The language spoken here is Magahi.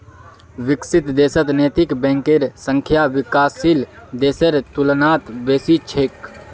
विकसित देशत नैतिक बैंकेर संख्या विकासशील देशेर तुलनात बेसी छेक